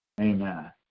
Amen